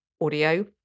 audio